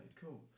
cool